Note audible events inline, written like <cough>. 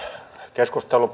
keskustelu <unintelligible>